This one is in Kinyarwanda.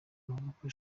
mavoko